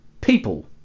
people